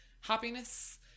happiness